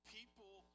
People